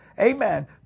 Amen